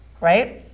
Right